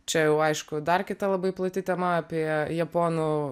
čia jau aišku dar kita labai plati tema apie japonų